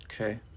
okay